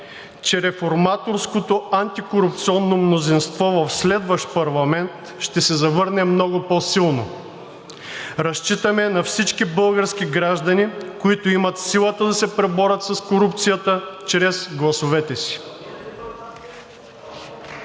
че реформаторското антикорупционно мнозинство в следващ парламент ще се завърне много по-силно. Разчитаме на всички български граждани, които имат силата да се преборят с корупцията чрез гласовете си.